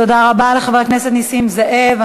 תודה רבה לחבר הכנסת נסים זאב.